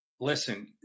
Listen